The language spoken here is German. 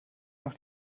noch